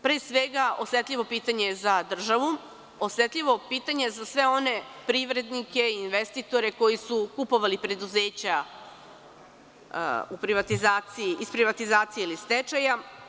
Pre svega osetljivo pitanje za državu, osetljivo pitanje za sve one privrednike i investitore koji su kupovali preduzeća iz privatizacije ili iz stečaja.